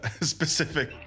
specific